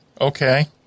Okay